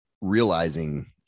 realizing